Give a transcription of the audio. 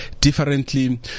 differently